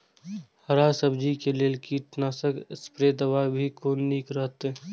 हरा सब्जी के लेल कीट नाशक स्प्रै दवा भी कोन नीक रहैत?